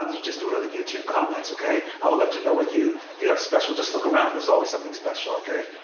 just do it on the youtube comments, okay. i would love to know what you, you have special. just look around there's always something special, okay?